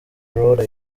road